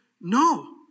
no